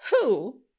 Who